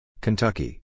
Kentucky